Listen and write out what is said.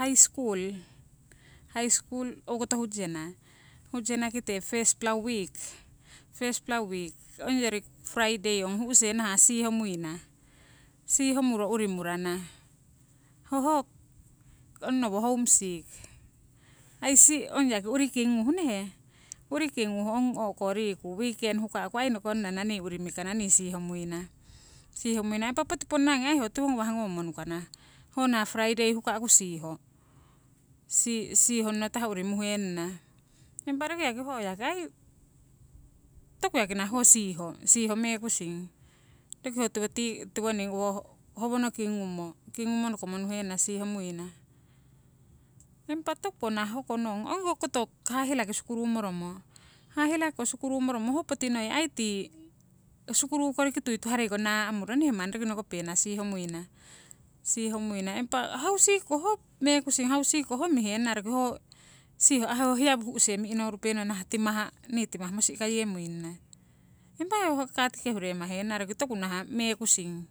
high skul, owokoto hutjena, hutjena kite first pla wik, first pla wik ongyori friday ong hu'se nahah siihomuina, siihomuro urii murana, hoho onnowo home sick ai si ongyaki urii kinguh nehe. Urii kinguh ong o'ko riku wiken huka'ku nokonna nii sihomuina urii mikana nii sihomuina. Impa poti ponna ngi ai ho tiwo ngawah ngomo nukana, ho nah friday huka`ku siho, sihonno tah urii muhenana. Impa roki yaki hoyaki aii toku yaki nah ho siiho, siiho mekusing roki ho tiwoti tiwoning howono kingumo, kingumo nokomo nuhenana sihomuna. Impa toku ko nah hoko nong, ongi ko koto hahelaki sukuru moromo, hahela kiko suruku moromo ho poti noi tii sukuru koriki tuituhareino naa'muro nehe roki manni nohupenana siihomuina, sihomuina. Impa hausik ho mekusing hausiko ho mihenana roki ho si hiya hu'se mi'norupenong nahah nii timah mosi'kayemuinana impa ho kat kehure mahenana roki toku nah mekusing.